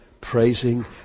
praising